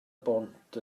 bont